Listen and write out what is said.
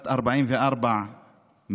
בת 44 מרמלה,